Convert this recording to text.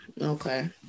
okay